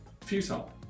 futile